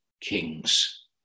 kings